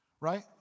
Right